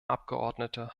abgeordnete